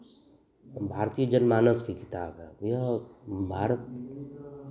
भारतीय जन मानस की किताब है यह भारत